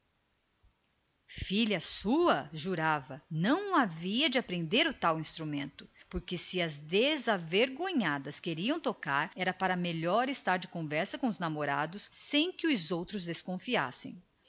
filha sua não havia de aprender semelhante instrumento porque as desavergonhadas só queriam aquilo para melhor conversar com os namorados sem que os outros dessem